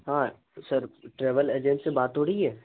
ہاں sir travel agent سے بات ہو رہی ہے